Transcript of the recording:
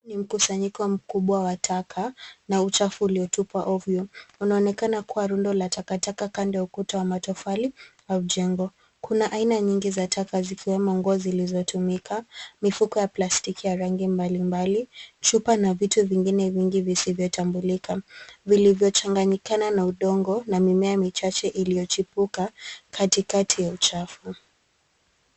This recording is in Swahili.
Ni mkusanyiko mkubwa wa taka na uchafu uliotupwa ovyo. Unaonekana kwa rundo la takataka kando ya ukuta wa matofali au jengo. Kuna aina nyingi za taka zikiwemo nguo zilizotumika, mifuko ya plastiki ya rangi mbalimbali, chupa na vitu vingine vingi visivyotambulika, vilivyochanganyikana na udongo na mimea michache iliyochipuka katikati ya uchafu.